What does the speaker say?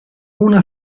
una